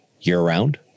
year-round